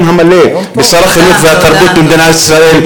המלא בשר החינוך והתרבות במדינת ישראל,